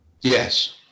Yes